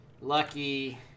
lucky